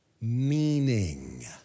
meaning